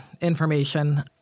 information